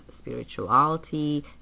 spirituality